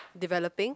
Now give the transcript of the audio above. developing